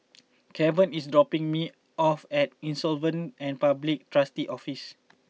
Keven is dropping me off at Insolvency and Public Trustee's Office